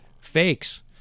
fakes